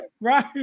right